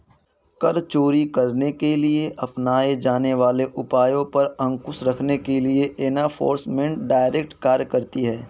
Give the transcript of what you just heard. कर चोरी करने के लिए अपनाए जाने वाले उपायों पर अंकुश रखने के लिए एनफोर्समेंट डायरेक्टरेट कार्य करती है